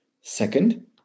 Second